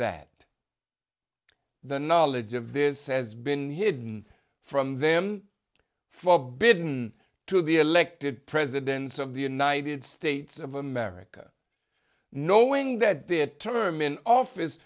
that the knowledge of this has been hidden from them forbidden to the elected presidents of the united states of america knowing that their term in office